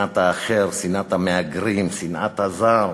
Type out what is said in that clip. שנאת האחר, שנאת המהגרים, שנאת הזר,